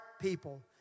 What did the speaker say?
people